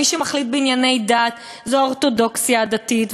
מי שמחליט בענייני דת זה האורתודוקסיה הדתית,